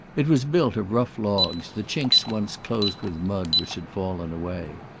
it was built of rough logs, the chinks once closed with mud which had fallen away.